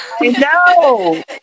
No